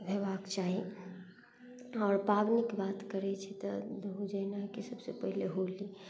हेबाक चाही आओर पाबनिके बात करय छै तऽ दू जेना कि सबसँ पहिले होली